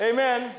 Amen